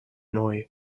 neu